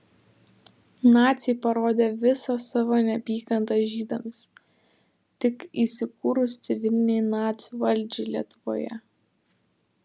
naciai parodė visą savo neapykantą žydams tik įsikūrus civilinei nacių valdžiai lietuvoje